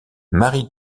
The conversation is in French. marie